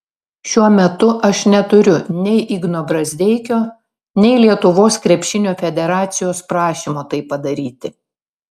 šiuo metu aš neturiu nei igno brazdeikio nei lietuvos krepšinio federacijos prašymo tai padaryti